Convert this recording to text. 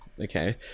Okay